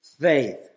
faith